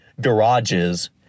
garages